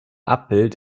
abbild